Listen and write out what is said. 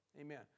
Amen